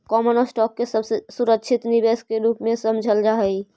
common stock के सबसे सुरक्षित निवेश के रूप में समझल जा हई